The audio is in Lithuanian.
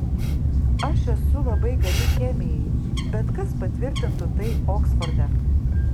aš esu labai gabi chemijai bet kas patvirtintų tai oksforde